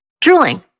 Drooling